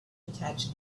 attach